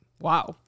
Wow